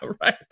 right